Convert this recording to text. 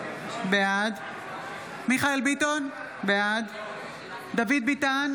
בעד מיכאל מרדכי ביטון, בעד דוד ביטן,